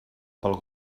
pel